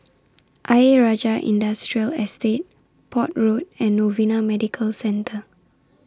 Ayer Rajah Industrial Estate Port Road and Novena Medical Centre